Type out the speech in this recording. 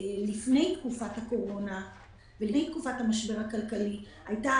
לפני תקופת הקורונה והמשבר הכלכלי מדינת ישראל היתה